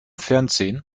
fernsehen